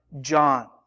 John